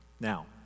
now